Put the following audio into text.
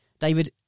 David